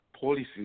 policies